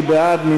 מי בעד?